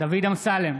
דוד אמסלם,